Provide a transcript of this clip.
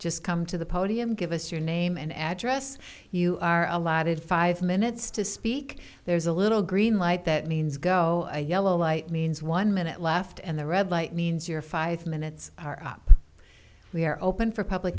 just come to the podium give us your name and address you are allotted five minutes to speak there's a little green light that means go a yellow light means one minute left and the red light means your five minutes are we are open for public